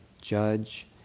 judge